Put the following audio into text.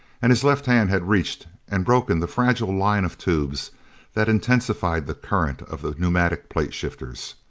and his left hand had reached and broken the fragile line of tubes that intensified the current of the pneumatic plate-shifters.